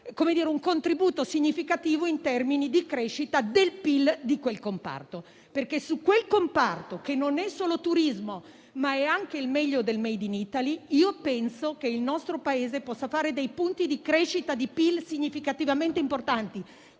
un contributo significativo in termini di crescita del PIL del comparto. Su quel comparto, che non è solo turismo ma è anche il meglio del *made in Italy*, penso che il nostro Paese possa fare dei punti di crescita di PIL significativamente importanti,